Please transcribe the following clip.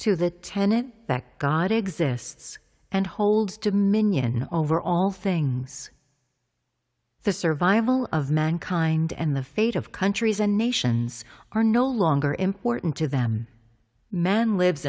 to the tenet that god exists and holds to minion over all things the survival of mankind and the fate of countries and nations are no longer important to them man lives